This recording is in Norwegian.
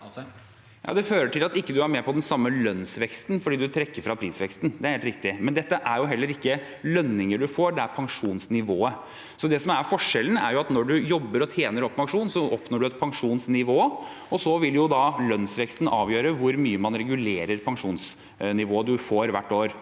Det fører til at man ikke er med på den samme lønnsveksten, for man trekker fra prisveksten. Det er helt riktig. Men dette er heller ikke lønninger man får, det er pensjonsnivået. Det som er forskjellen, er at når man jobber og tjener opp pensjon, oppnår man et pensjonsnivå, og så vil lønnsveksten avgjøre hvor mye man regulerer pensjonsnivået hvert år.